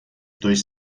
dois